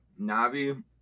Navi